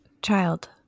Child